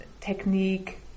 technique